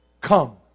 Come